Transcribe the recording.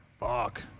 Fuck